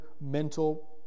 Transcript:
mental